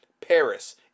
Paris